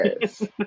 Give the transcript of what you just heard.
Yes